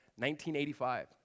1985